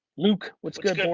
luke, what's good